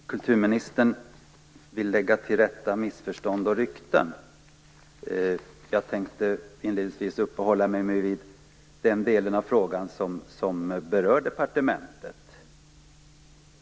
Fru talman! Kulturministern vill lägga till rätta missförstånd och rykten. Jag tänkte inledningsvis uppehålla mig vid den del av frågan som berör departementet.